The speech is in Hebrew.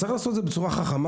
צריך לעשות את זה בצורה חכמה.